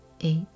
Eight